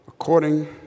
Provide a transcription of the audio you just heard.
according